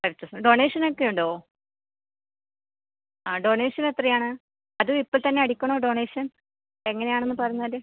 ഡൊണേഷനൊക്കെ ഉണ്ടോ ആ ഡൊണേഷൻ എത്രയാണ് അതും ഇപ്പോൾ തന്നെ അടക്കണോ ഡൊണേഷൻ എങ്ങനെ ആണെന്ന് പറഞ്ഞാൽ